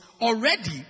already